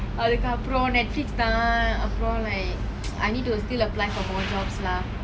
அதுக்கு அப்புறம்:athuku appurom Netflix தான் அப்புறம்:thaan appurom like I need to still apply for more jobs lah